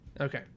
Okay